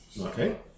Okay